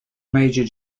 major